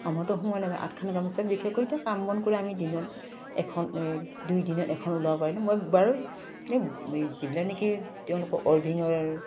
আমাৰোতো সময় লাগে আঠখন গামোচা বিশেষকৈ এয়া কাম বন কৰি আমি দিনত এখন দুই দিনত এখন ওলাব পাৰিলে মই বাৰু যিবিলাক নেকি তেওঁলোকৰ